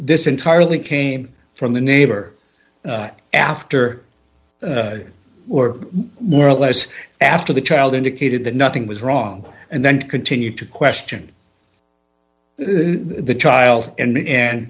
this entirely came from the neighbor after or more or less after the child indicated that nothing was wrong and then continued to question the child and